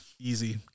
easy